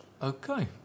Okay